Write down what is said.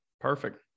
Perfect